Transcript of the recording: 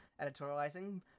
editorializing